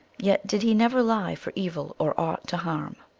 yet did he never lie for evil or aught to harm.